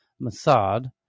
Massad